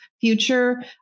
future